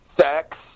sex